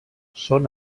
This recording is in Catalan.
són